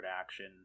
action